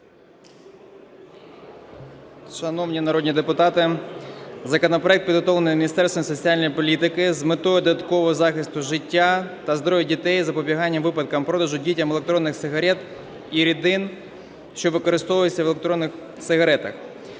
Шановні народні депутати, законопроект підготовлений Міністерством соціальної політики з метою додаткового захисту життя та здоров'я дітей і запобігання випадкам продажу дітям електронних сигарет і рідин, що використовуються в електронних сигаретах.